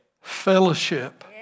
Fellowship